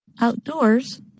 Outdoors